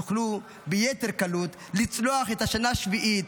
יוכלו ביתר קלות לצלוח את השנה השביעית,